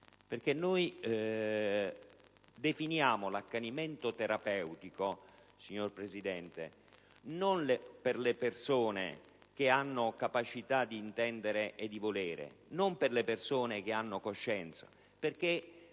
legge. Noi definiamo l'accanimento terapeutico, signora Presidente, non per le persone che hanno capacità di intendere e di volere, non per le persone che hanno coscienza.